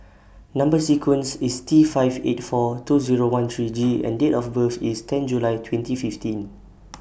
Number sequence IS T five eight four two Zero one three G and Date of birth IS ten July twenty fifteen